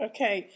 Okay